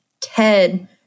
ted